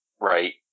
right